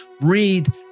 read